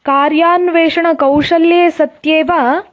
कार्यान्वेषणकौशल्ये सत्येव